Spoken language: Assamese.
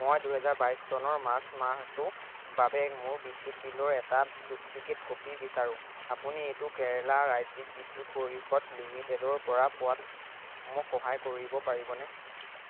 মই দুহেজাৰ বাইছ চনৰ মাৰ্চ মাহটোৰ বাবে মোৰ বিদ্যুৎ বিলৰ এটা ডুপ্লিকেট কপি বিচাৰোঁ আপুনি এইটো কেৰালা ৰাজ্যিক বিদ্যুৎ পৰিষদ লিমিটেডৰ পৰা পোৱাত মোক সহায় কৰিব পাৰিবনে